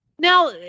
now